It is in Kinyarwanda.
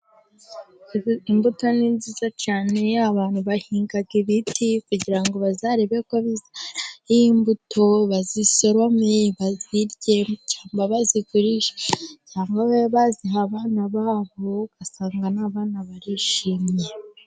Imbuto ni nziza cyane abantu bahinga ibiti kugira ngo bazarebe ko heraho imbuto bazisorome, bazirye cyangwa bazigurishe cyangwa babe baziha abana babo ugasanga n'abana barishimye.